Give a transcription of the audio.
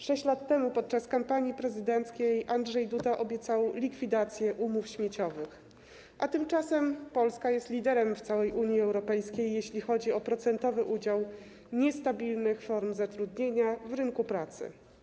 6 lat temu podczas kampanii prezydenckiej Andrzej Duda obiecał likwidację umów śmieciowych, a tymczasem Polska jest liderem w całej Unii Europejskiej, jeśli chodzi o procentowy udział niestabilnych form zatrudnienia w rynku pracy.